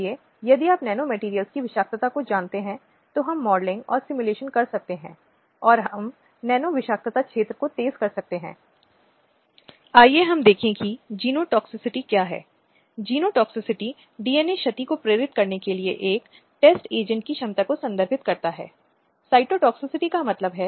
समाज में कुछ मुद्दों और समस्या के अस्तित्व को दिखाने के लिए उन्होंने सरकार का ध्यान आकर्षित किया है सरकार के साथ परामर्श में प्रवेश किया है और समय समय पर विभिन्न विधायी परिवर्तनों के लिए विभिन्न कानूनों को पारित या समर्थन प्राप्त किया है